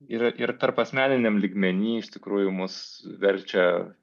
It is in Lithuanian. yra ir tarpasmeniniam lygmeny iš tikrųjų mus verčia